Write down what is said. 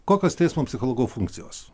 kokios teismo psichologo funkcijos